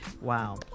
Wow